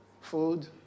Food